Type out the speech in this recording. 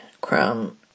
Crown